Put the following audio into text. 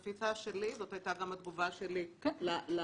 בתפיסה שלי זאת הייתה גם התגובה שלי לכתב.